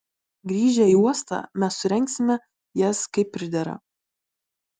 grįžę į uostą mes surengsime jas kaip pridera